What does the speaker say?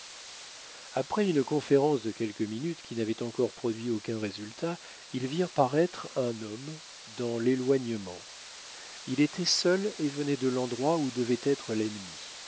après une conférence de quelques minutes qui n'avait encore produit aucun résultat ils virent paraître un homme dans l'éloignement il était seul et venait de l'endroit où devait être l'ennemi